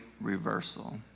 reversal